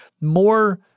more